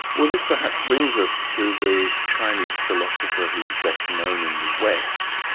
well, this perhaps brings us to the chinese philosopher who's best-known in the west.